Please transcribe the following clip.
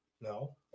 No